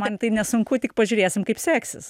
man tai nesunku tik pažiūrėsim kaip seksis